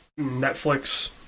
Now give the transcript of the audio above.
Netflix